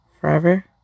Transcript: Forever